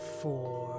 four